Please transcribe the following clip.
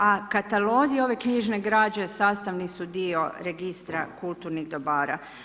A katalozi ove knjižne građe sastavni su dio registra kulturnih dobara.